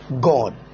God